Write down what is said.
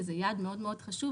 שזה יעד מאוד מאוד חשוב,